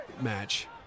match